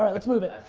um let's move it.